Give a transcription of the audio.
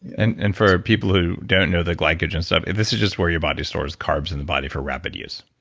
and and for people who don't know the glycogen stuff, this is just where your body stores carbs in the body for rapid use?